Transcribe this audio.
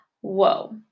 Whoa